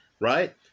right